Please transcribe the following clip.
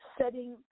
setting